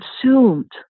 consumed